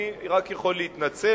ואני רק יכול להתנצל,